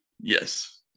Yes